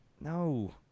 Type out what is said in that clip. no